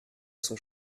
son